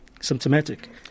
symptomatic